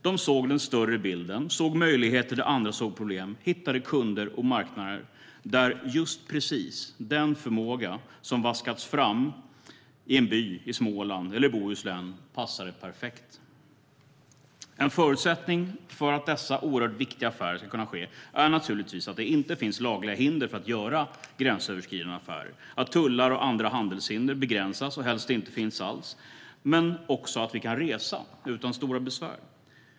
De såg den större bilden, såg möjligheter där andra såg problem, hittade kunder och marknader där just precis den förmåga som vaskats fram i en by i Småland eller Bohuslän passade perfekt. En förutsättning för att dessa oerhört viktiga affärer ska kunna ske är naturligtvis att det inte finns lagliga hinder för att göra gränsöverskridande affärer, att tullar och andra handelshinder begränsas och helst inte finns alls, men också att vi kan resa utan stora besvär.